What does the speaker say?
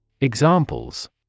Examples